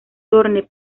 thorne